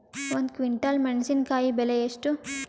ಒಂದು ಕ್ವಿಂಟಾಲ್ ಮೆಣಸಿನಕಾಯಿ ಬೆಲೆ ಎಷ್ಟು?